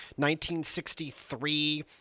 1963